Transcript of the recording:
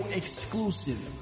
exclusive